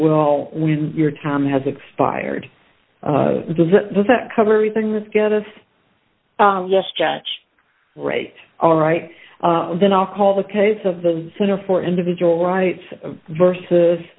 well when your time has expired does it does that cover everything this get us yes judge right all right then i'll call the case of the center for individual rights versus